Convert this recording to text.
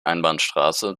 einbahnstraße